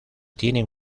tienen